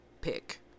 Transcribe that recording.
pick